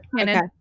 Okay